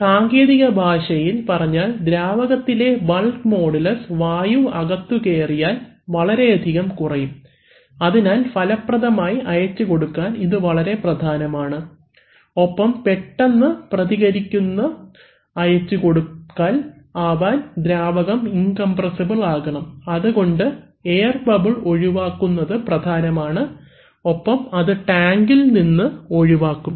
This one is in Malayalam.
സാങ്കേതിക ഭാഷയിൽ പറഞ്ഞാൽ ദ്രാവകത്തിലെ ബൾക് മോഡുലസ് വായു അകത്തു കയറിയാൽ വളരെയധികം കുറയും അതിനാൽ ഫലപ്രദമായി അയച്ചുകൊടുക്കാൻ ഇത് വളരെ പ്രധാനമാണ് ഒപ്പം പെട്ടെന്ന് പ്രതികരിക്കുന്ന അയച്ചു കൊടുക്കൽ ആവാൻ ദ്രാവകം ഇൻകംപ്രെസ്സിബിൽ ആകണം അതുകൊണ്ട് എയർ ബബിൾ ഒഴിവാക്കുന്നത് പ്രധാനമാണ് ഒപ്പം അത് ടാങ്കിൽ നിന്ന് ഒഴിവാക്കും